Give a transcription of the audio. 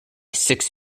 six